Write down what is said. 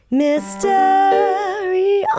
mystery